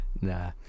Nah